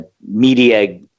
media